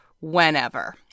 whenever